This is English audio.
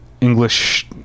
English